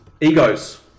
egos